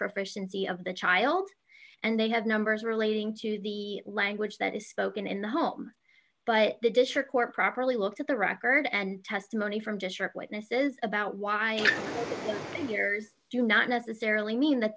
proficiency of the child and they have numbers relating to the language that is spoken in the home but the disher quite properly looked at the record and testimony from district witnesses about why yours do not necessarily mean that